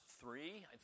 three